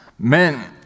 Men